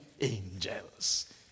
angels